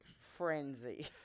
frenzy